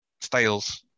styles